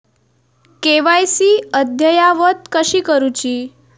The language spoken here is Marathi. के.वाय.सी अद्ययावत कशी करुची?